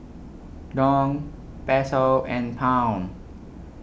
Dong Peso and Pound